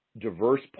diverse